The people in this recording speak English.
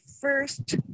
first